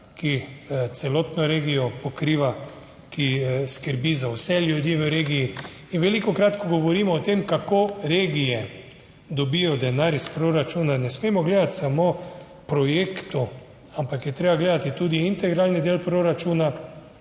ki celotno regijo pokriva, ki skrbi za vse ljudi v regiji in velikokrat, ko govorimo o tem, kako regije dobijo denar iz proračuna, ne smemo gledati samo projektov, ampak je treba gledati tudi integralni del proračuna